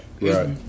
Right